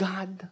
God